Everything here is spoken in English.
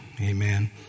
Amen